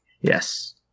Yes